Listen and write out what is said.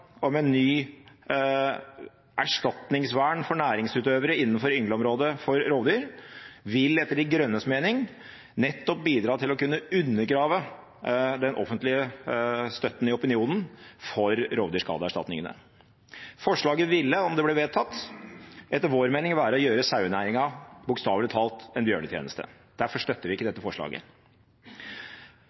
om et nytt erstatningsvern for næringsutøvere innenfor yngleområdet for rovdyr vil etter De grønnes mening nettopp kunne bidra til å undergrave den offentlige støtten i opinionen for rovdyrskadeerstatningene. Forslaget ville, om det ble vedtatt, etter vår mening være å gjøre sauenæringen bokstavelig talt en bjørnetjeneste. Derfor støtter vi ikke dette forslaget.